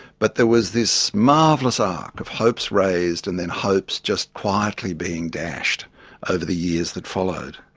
but there was this marvellous arc of hopes raised and then hopes just quietly being dashed over the years that followed.